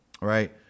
right